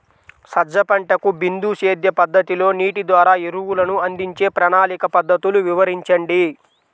సజ్జ పంటకు బిందు సేద్య పద్ధతిలో నీటి ద్వారా ఎరువులను అందించే ప్రణాళిక పద్ధతులు వివరించండి?